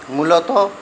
মূলত